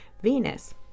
Venus